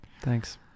Thanks